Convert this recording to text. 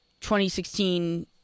2016